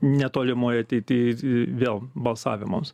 netolimoj ateity vėl balsavimams